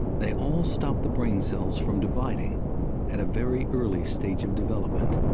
they all stop the brain cells from dividing at a very early stage of development.